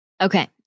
Okay